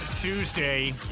tuesday